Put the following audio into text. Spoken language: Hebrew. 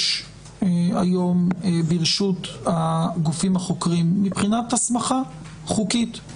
היום ברשות הגופים החוקרים מבחינת הסמכה חוקית.